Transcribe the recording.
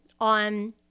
on